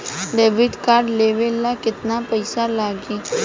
Debit card लेवे ला केतना पईसा लागी?